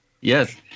Yes